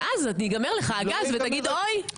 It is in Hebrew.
ואז ייגמר לך הגז, ותגיד אוי.